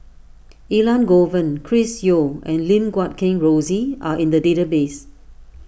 Elangovan Chris Yeo and Lim Guat Kheng Rosie are in the database